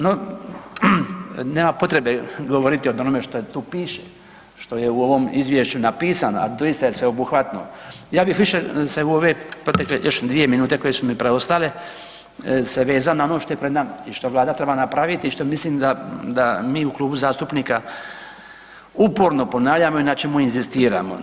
No, nema potrebe govoriti o onome što tu piše, što je u ovome izvješću napisano, a doista je sveobuhvatno, ja bih se u ove protekle još dvije minute koje su mi preostale se vezao na ono što je pred nama i što Vlada treba napraviti i što mislim da mi u klubu zastupnika uporno ponavljamo i na čemu inzistiramo.